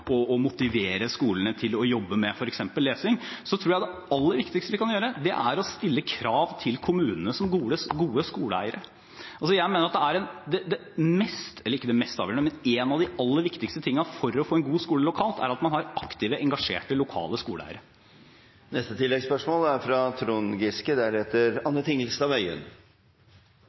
motivere skolene til å jobbe med f.eks. lesing, er det aller viktigste vi kan gjøre, å stille krav til kommunene som gode skoleeiere. Jeg mener at noe av det aller viktigste for å få en god skole lokalt er at man har aktive og engasjerte lokale skoleeiere. Trond Giske – til oppfølgingsspørsmål. Mens noen områder i skolepolitikken skaper stor strid, som det forrige spørsmålet om privatskoler, er